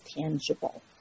tangible